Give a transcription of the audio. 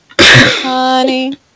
Honey